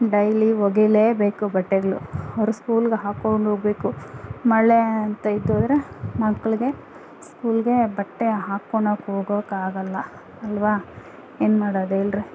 daily ಒಗಿಲೇಬೇಕು ಬಟ್ಟೆಗಳು ಅವರು ಸ್ಕೂಲ್ಗೆ ಹಾಕ್ಕೊಂಡು ಹೋಗ್ಬೇಕು ಮಳೆ ಅಂತ ಇದ್ದೋದ್ರೆ ಮಕ್ಕಳಿಗೆ ಸ್ಕೂಲ್ಗೆ ಬಟ್ಟೆ ಹಾಕೋಳೋಕ್ಕೆ ಹೋಗೋಕ್ಕಾಗೋಲ್ಲ ಅಲ್ವ ಏನು ಮಾಡೋದು ಹೇಳ್ರಿ